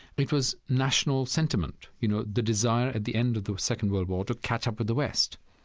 it was national sentiment, you know, the desire at the end of the second world war to catch up with the west.